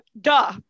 duh